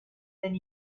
than